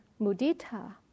mudita